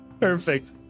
Perfect